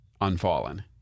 unfallen